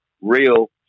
real